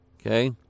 okay